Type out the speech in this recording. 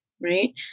right